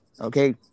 Okay